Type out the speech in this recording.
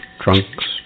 trunks